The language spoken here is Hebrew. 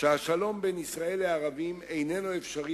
שהשלום בין ישראל לערבים איננו אפשרי